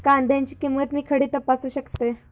कांद्याची किंमत मी खडे तपासू शकतय?